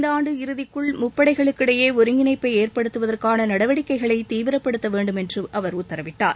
இந்த ஆண்டு இறுதிக்குள் முப்படைகளுக்கிடையே ஒருங்கிணைப்பை ஏற்படுத்துவதற்கான நடவடிக்கைகளை தீவிரப்படுத்த வேண்டும் என்று அவர் உத்தரவிட்டார்